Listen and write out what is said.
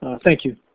ah thank you.